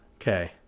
Okay